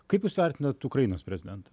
kaip jūs vertinat ukrainos prezidentą